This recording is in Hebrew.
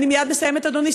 אני מייד מסיימת, אדוני.